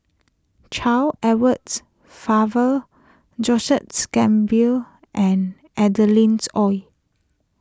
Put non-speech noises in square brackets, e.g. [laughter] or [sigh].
Charles Edwards Faber Joseph's [unintelligible] and Adeline's Ooi